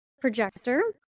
projector